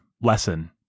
lesson